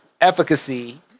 efficacy